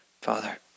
Father